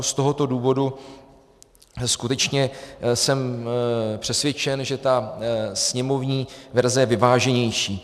Z toho důvodu skutečně jsem přesvědčen, že sněmovní verze je vyváženější.